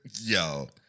Yo